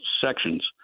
sections